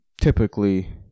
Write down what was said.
typically